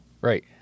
Right